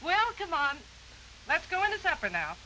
well come on let's go on is that for now